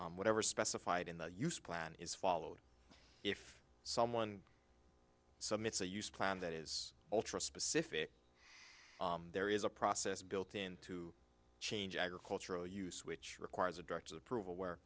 that whatever specified in the u s plan is followed if someone submits a use plan that is ultra specific there is a process built in to change agricultural use which requires a doctor's approval where